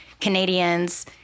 Canadians